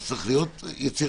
צריך להיות יצירתי.